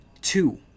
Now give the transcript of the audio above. Two